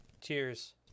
Cheers